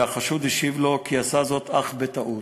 והחשוד השיב לו כי עשה זאת, אך בטעות.